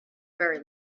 very